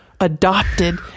adopted